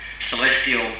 celestial